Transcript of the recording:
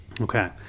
okay